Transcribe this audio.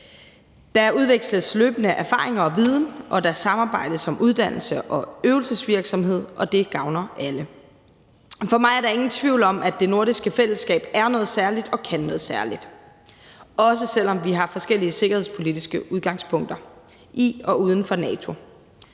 Der udveksles løbende erfaringer og viden, og der samarbejdes om uddannelse og øvelsesvirksomhed, og det gavner alle. For mig er der ingen tvivl om, at det nordiske fællesskab er noget særligt og kan noget særligt, også selv om vi har forskellige sikkerhedspolitiske udgangspunkter i og uden for NATO.